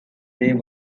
they